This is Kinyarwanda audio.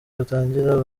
batangira